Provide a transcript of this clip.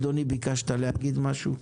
אדוני, ביקשת להגיד משהו?